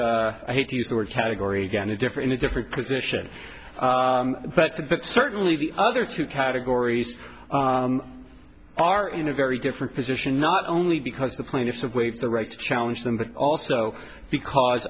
i hate to use the word category going to differ in a different position but the but certainly the other two categories are in a very different position not only because the plaintiffs of waive the right to challenge them but also because